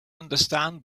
understand